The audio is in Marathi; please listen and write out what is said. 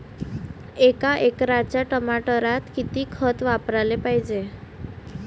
एका एकराच्या टमाटरात किती खत वापराले पायजे?